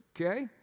okay